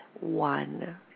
one